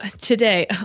today